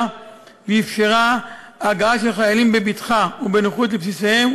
ואפשרה הגעה של חיילים בבטחה ובנוחות לבסיסיהם,